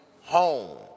home